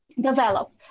develop